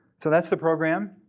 so that's the program.